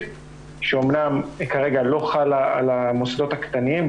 שאמנם כרגע לא חלה על המוסדות הקטנים,